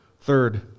Third